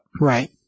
Right